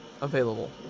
available